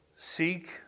Seek